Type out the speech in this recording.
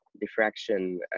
diffraction